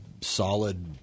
solid